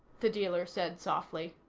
the dealer said softly.